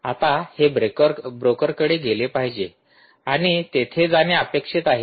आता हे ब्रोकरकडे गेले पाहिजे आणि तेथे जाणे अपेक्षित आहे